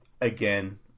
Again